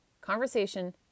conversation